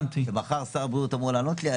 שמחר שר הבריאות אמור לענות לי עליה,